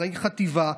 אחראי חטיבה,